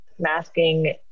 Masking